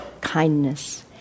kindness